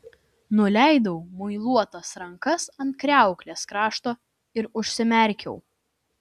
nuleidau muiluotas rankas ant kriauklės krašto ir užsimerkiau